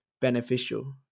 beneficial